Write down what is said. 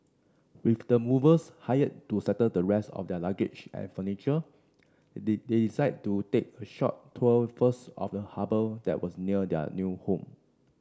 with the movers hired to settle the rest of their luggage and furniture the they decided to take a short tour first of the harbour that was near their new home